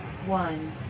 One